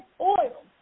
oil